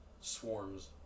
swarms